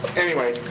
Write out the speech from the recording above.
anyway.